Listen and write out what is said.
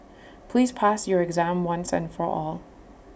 please pass your exam once and for all